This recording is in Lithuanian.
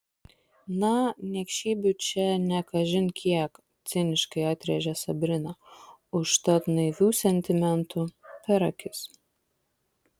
na niekšybių čia ne kažin kiek ciniškai atrėžė sabrina užtat naivių sentimentų per akis